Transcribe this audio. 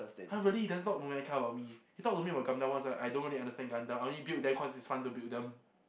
!huh! really he doesn't talk mecha about me he talk to me about Gundam once like I don't really understand Gundam I only build them cause it's fun to build them